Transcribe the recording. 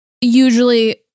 usually